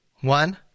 one